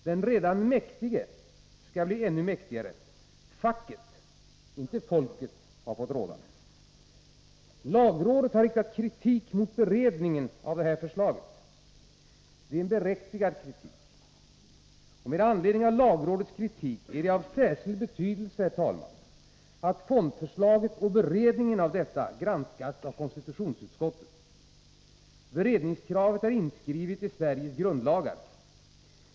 Den redan mäktige skall bli ännu mäktigare. Facket — inte folket — har fått råda. Lagrådet har riktat kritik mot beredningen av det här förslaget. Det är en berättigad kritik. Med anledning av lagrådets kritik är det av särskild betydelse att fondförslaget och beredningen av detta granskas av konstitutionsutskottet. Beredningskravet är inskrivet i Sveriges grundlagar.